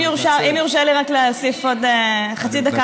אז אם יורשה לי רק להוסיף עוד חצי דקה,